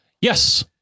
Yes